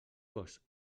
cos